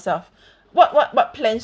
self what what what plans